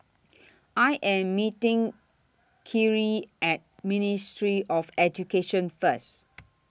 I Am meeting Kyrie At Ministry of Education First